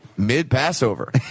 Mid-Passover